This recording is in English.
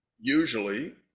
usually